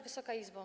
Wysoka Izbo!